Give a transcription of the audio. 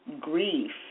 grief